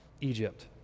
Egypt